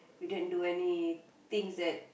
we didn't do any things that